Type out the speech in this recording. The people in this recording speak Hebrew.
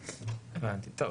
טוב,